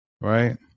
Right